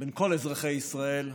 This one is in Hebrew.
בין כל אזרחי ישראל,